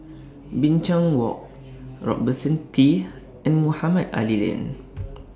Binchang Walk Robertson Quay and Mohamed Ali Lane